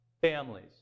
families